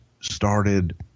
started